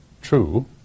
true